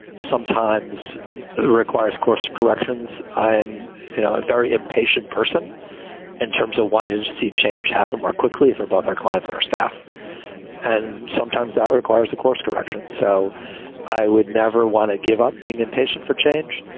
sometimes requires course corrections. i'm you know a very impatient person in terms of wanting to see change happen more quickly for both our clients and our staff and sometimes that requires a course correction. so i would never want to give up being impatient for change.